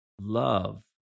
Love